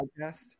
podcast